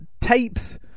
tapes